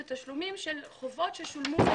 זה תשלומים של חובות ששולמו,